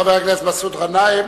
תודה לחבר הכנסת מסעוד גנאים.